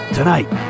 Tonight